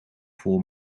vol